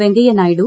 Venkaiah Naidu